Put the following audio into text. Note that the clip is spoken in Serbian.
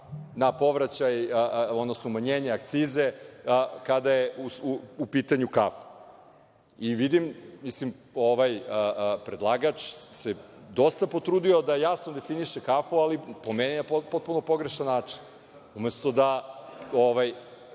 na povraćaj, odnosno umanjenje akcize kada je u pitanju kafa. Vidim, mislim, ovaj predlagač se dosta potrudio da jasno definiše kafu ali po meni je na potpuno pogrešan način. Umesto da